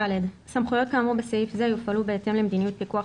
סמכויות כאמור בסעיף זה יופעלו בהתאם למדיניות פיקוח